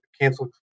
canceled